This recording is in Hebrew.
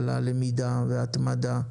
על הלמידה וההתמדה,